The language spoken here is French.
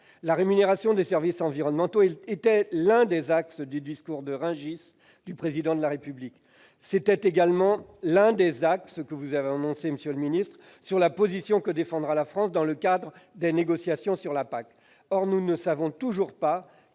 La rémunération des services environnementaux était l'un des axes du discours de Rungis du Président de la République. Vous avez également annoncé qu'elle serait l'un des axes de la position que défendra la France dans le cadre des négociations sur la PAC. Or nous ne savons toujours pas